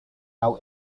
now